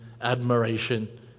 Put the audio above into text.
admiration